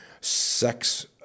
sex